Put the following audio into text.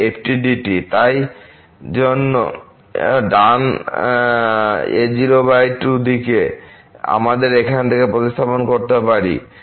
তাই জন্য ডান α02 দিকে আমরা এখান থেকে প্রতিস্থাপন করতে পারি